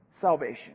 salvation